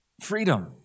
Freedom